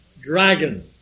dragon